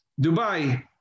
Dubai